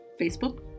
Facebook